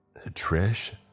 Trish